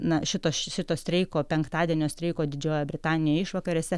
na šito šito streiko penktadienio streiko didžiojoje britanijoje išvakarėse